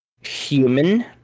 human